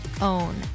own